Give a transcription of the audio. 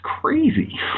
crazy